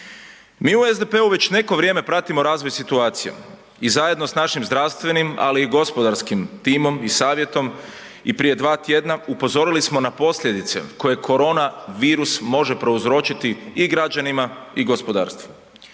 Mi u SDP-u već neko vrijeme pratimo razvoj situacije i zajedno s našim zdravstvenim, ali i gospodarskim timom i savjetom i prije dva tjedna upozorili smo na posljedice koje korona virus može prouzročiti i građanima i gospodarstvu.